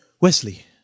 Wesley